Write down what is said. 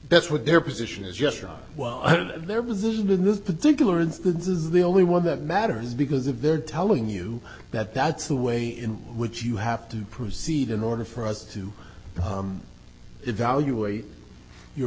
that's what their position is gesture well there was this and in this particular instance is the only one that matters because if they're telling you that that's the way in which you have to proceed in order for us to evaluate your